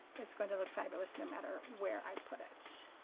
it's going to look fabulous no matter where i put it.